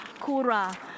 kura